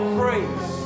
praise